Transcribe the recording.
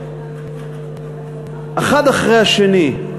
האחד אחרי השני,